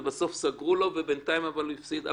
בסוף סגרו לו ובינתיים הוא הפסיד.